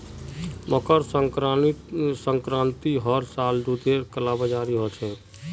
मकर संक्रांतित हर साल दूधेर कालाबाजारी ह छेक